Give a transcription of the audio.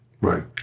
right